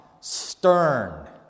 stern